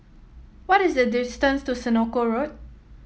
what is the distance to Senoko Road